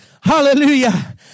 Hallelujah